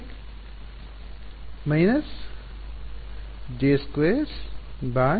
ವಿದ್ಯಾರ್ಥಿ minus J square by